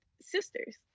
sisters